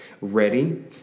ready